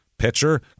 pitcher